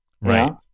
Right